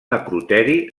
acroteri